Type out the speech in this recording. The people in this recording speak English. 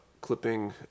clipping